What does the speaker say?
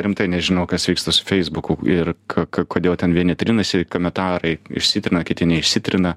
rimtai nežinau kas vyksta su feisbuku ir k ka kodėl ten vieni trinasi komentarai išsitrina kiti neišsitrina